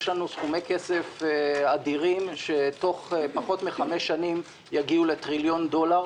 יש לנו סכומי כסף אדירים שתוך פחות מחמש שנים יגיעו לטריליון דולר,